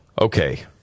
Okay